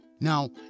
Now